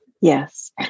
Yes